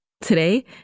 Today